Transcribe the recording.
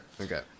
Okay